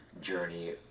journey